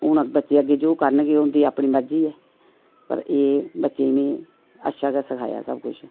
ते बच्चे अग्गैं हून जो करन गे उंदी मर्जी ऐ पर एह् बच्चे गी में अच्छा गै सखाया सब कुछ